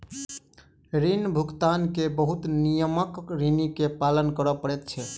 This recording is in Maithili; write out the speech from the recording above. ऋण भुगतान के बहुत नियमक ऋणी के पालन कर पड़ैत छै